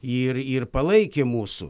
ir ir palaikė mūsų